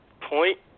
point